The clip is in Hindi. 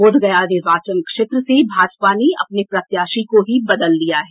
बोधगया निर्वाचन क्षेत्र से भाजपा ने अपने प्रत्याशी को ही बदल दिया है